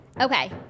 Okay